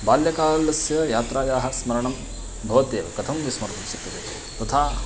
बाल्यकालस्य यात्रायाः स्मरणं भवत्येव कथं विस्मर्तुं शक्यते तथा